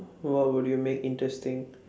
what would you make interesting